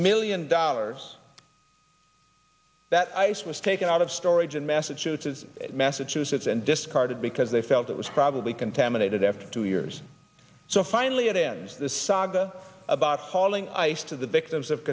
million dollars that ice was taken out of storage in massachusetts massachusetts and discarded because they felt it was probably contaminated after two years so finally it ends the saga about falling ice to the victims of